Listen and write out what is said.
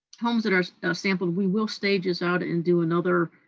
homes that are sampled, we will stage this out and do another,